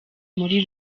muri